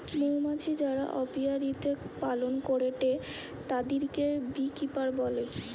মৌমাছি যারা অপিয়ারীতে পালন করেটে তাদিরকে বী কিপার বলে